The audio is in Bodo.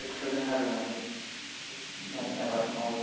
ट्रेक्ट'रजों हालेवनानै माइ आबाद मावो